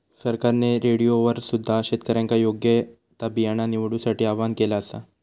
सरकारने रेडिओवर सुद्धा शेतकऱ्यांका योग्य ता बियाणा निवडूसाठी आव्हाहन केला आसा